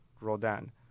Rodan